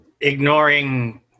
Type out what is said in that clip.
ignoring